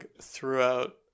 throughout